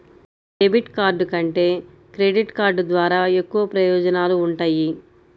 debit card కంటే credit card ద్వారా ఎక్కువ ప్రయోజనాలు వుంటయ్యి